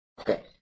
Okay